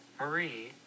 Marie